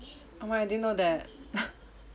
oh my I didn't know that